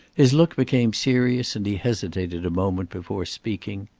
his look became serious and he hesitated a moment before speaking,